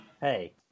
hey